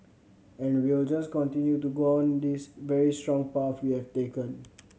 and we'll just continue to go on this very strong path we have taken